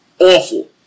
awful